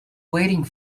waiting